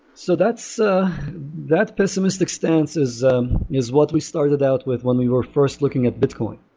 so that so that pessimistic stance is um is what we started out with when we were first looking at bitcoin.